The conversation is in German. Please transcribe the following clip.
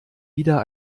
wieder